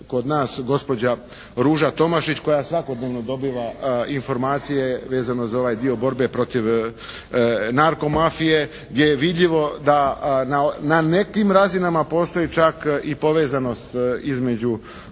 kod nas gospođa Ruža Tomašić koja svakodnevno dobiva informacije vezano za ovaj dio borbe protiv narkomafije, gdje je vidljivo da na …/Govornik se ne razumije./… razinama postoji čak i povezanost između